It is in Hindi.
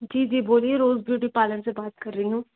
जी जी बोलिए रोज़ ब्यूटी पार्लर से बात कर रही हूँ